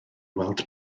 weld